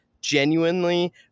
genuinely